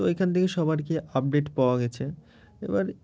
তো ওইখান থেকে সবার কি আপডেট পাওয়া গেছে এবার